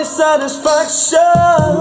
satisfaction